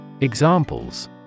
Examples